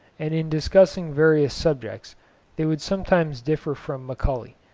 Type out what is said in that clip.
and in discussing various subjects they would sometimes differ from macaulay,